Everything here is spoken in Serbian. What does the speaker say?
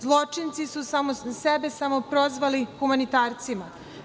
Zločinci su sebe samoprozvali humanitarcima.